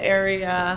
area